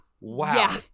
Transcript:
wow